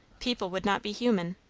people would not be human.